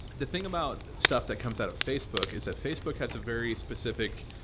the thing about stuff that comes out of facebook is that facebook has a very specific,